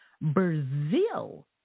Brazil